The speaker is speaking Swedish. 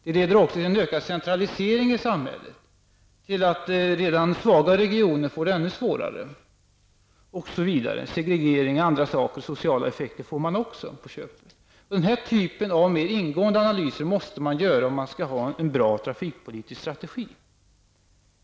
Det leder också till en ökad centralisering i samhället, till att redan svaga regioner får det ännu svårare; segregering och sociala effekter får man också på köpet. -- Den typen av mer ingående analyser måste man göra om man skall ha en bra trafikpolitisk strategi.